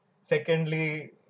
secondly